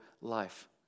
life